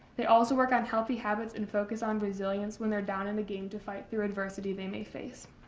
they also work on healthy habits and focus on resilience when they're down in a game to fight through adversity they may face.